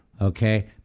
Okay